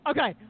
Okay